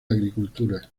agricultura